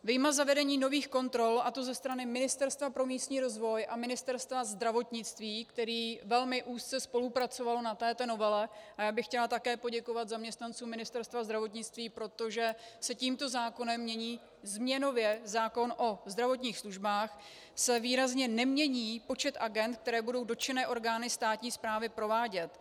Vyjma zavedení nových kontrol, a to ze strany Ministerstva pro místní rozvoj a Ministerstva zdravotnictví, které velmi úzce spolupracovalo na této novele, a já bych chtěla také poděkovat zaměstnancům Ministerstva zdravotnictví, protože se tímto zákonem mění změnově zákon o zdravotních službách, se výrazně nemění počet agent, které budou dotčené orgány státní správy provádět.